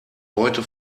heute